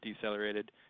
decelerated